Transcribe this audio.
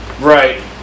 right